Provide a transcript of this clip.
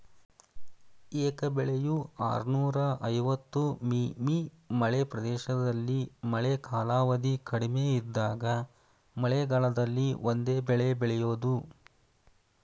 ಏಕ ಬೆಳೆಯು ಆರ್ನೂರ ಐವತ್ತು ಮಿ.ಮೀ ಮಳೆ ಪ್ರದೇಶದಲ್ಲಿ ಮಳೆ ಕಾಲಾವಧಿ ಕಡಿಮೆ ಇದ್ದಾಗ ಮಳೆಗಾಲದಲ್ಲಿ ಒಂದೇ ಬೆಳೆ ಬೆಳೆಯೋದು